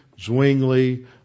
Zwingli